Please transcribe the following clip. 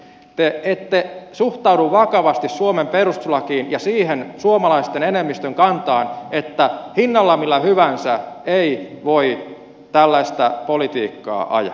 te ette suhtaudu vakavasti suomen perustuslakiin ja siihen suomalaisten enemmistön kantaan että hinnalla millä hyvänsä ei voi tällaista politiikkaa ajaa